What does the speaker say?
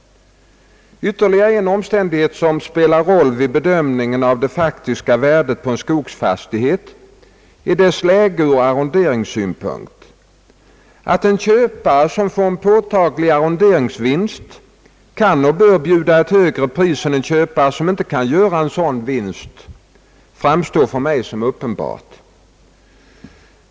Ytterligare en omständighet som spelar roll vid bedömningen av det faktiska värdet på en skogsfastighet är dess läge ur arronderingssynpunkt. Att en köpare, som får en påtaglig arronderingsvinst, kan och bör bjuda ett högre pris än en köpare, som inte kan göra en sådan vinst, framstår för mig som uppenbart.